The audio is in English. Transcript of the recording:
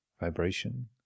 vibration